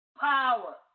power